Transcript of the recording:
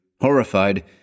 Horrified